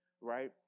right